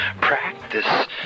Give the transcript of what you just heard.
practice